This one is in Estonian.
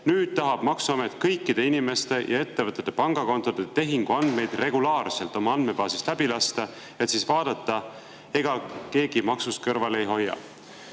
Nüüd tahab maksuamet kõikide inimeste ja ettevõtete pangakontode tehinguandmeid regulaarselt oma andmebaasist läbi lasta, et siis vaadata, ega keegi maksust kõrvale ei hoia."